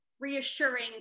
reassuring